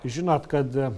žinot kad